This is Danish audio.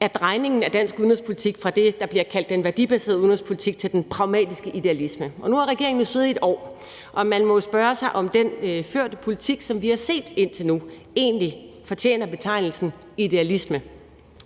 er drejningen af dansk udenrigspolitik fra det, der bliver kaldt den værdibaserede udenrigspolitik, over til den pragmatiske idealisme. Nu har regeringen siddet i et år, og man må jo spørge sig selv, om den førte politik, som vi har set indtil nu, egentlig fortjener betegnelsen idealisme.